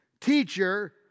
Teacher